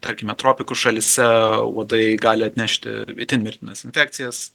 tarkime tropikų šalyse uodai gali atnešti itin mirtinas infekcijas